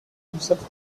himself